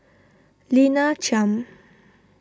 Lina Chiam